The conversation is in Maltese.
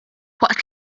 waqt